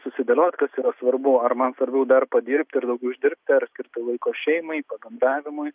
susidėliot kas yra svarbu ar man svarbiau dar padirbti ir daugiau uždirbti ar skirti laiko šeimai pabendravimui